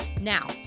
now